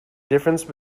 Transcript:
difference